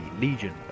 legion